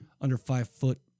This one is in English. under-five-foot